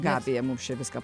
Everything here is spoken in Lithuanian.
gabija mums čia viską